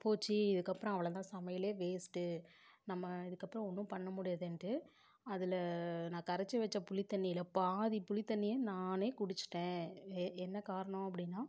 போச்சு இதுக்கப்றம் அவ்வளோ தான் சமையலே வேஸ்ட்டு நம்ம இதுக்கப்புறம் ஒன்றும் பண்ண முடியாதுனுட்டு அதில் நான் கரைத்து வச்ச புளி தண்ணியில் பாதி புளி தண்ணியை நானே குடித்துட்டேன் என்ன காரணம் அப்படின்னா